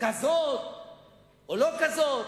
כזאת או לא כזאת?